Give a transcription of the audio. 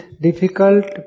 difficult